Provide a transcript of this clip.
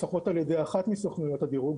לפחות על ידי אחת מסוכנויות הדירוג,